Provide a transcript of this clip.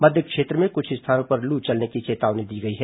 मध्य क्षेत्र में कुछ स्थानों पर लू चलने की चेतावनी दी गई है